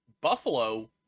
Buffalo